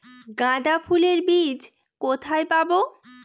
গাঁদা ফুলের বীজ কোথায় পাবো?